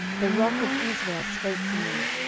the rock of israel spake to me,